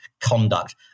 conduct